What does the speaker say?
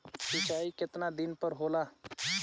सिंचाई केतना दिन पर होला?